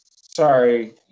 Sorry